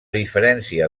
diferència